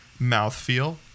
mouthfeel